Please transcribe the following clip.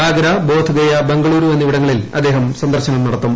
ആഗ്ര ബോധ് ഗയ ബംഗളൂരു എന്നിവിടങ്ങളിൽ അദ്ദേഹം സന്ദർശനം നടത്തും